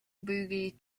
boogie